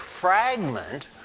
fragment